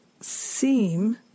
seem